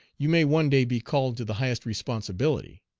you may one day be called to the highest responsibility.